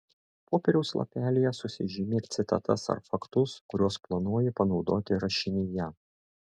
popieriaus lapelyje susižymėk citatas ar faktus kuriuos planuoji panaudoti rašinyje